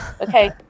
okay